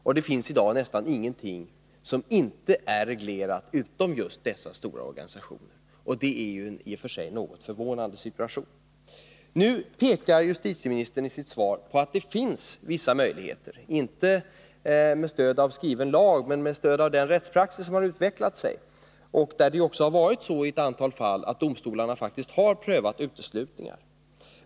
Och det finns i dag nästan ingenting som inte är reglerat utom just dessa stora organisationer. Det är en i och för sig något förvånande situation. Justitieministern pekar i sitt svar på att det finns vissa möjligheter, inte med stöd av skriven lag men med stöd av den rättspraxis som har utvecklat i9 sig. Domstolarna har faktiskt också i ett antal fall prövat uteslutningar.